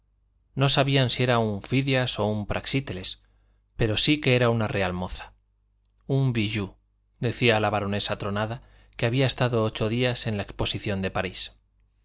no sabían si era un fidias o un praxíteles pero sí que era una real moza un bijou decía la baronesa tronada que había estado ocho días en la exposición de parís